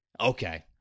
Okay